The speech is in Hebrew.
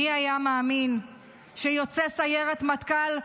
מי היה מאמין שיוצא סיירת מטכ"ל,